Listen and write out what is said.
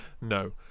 No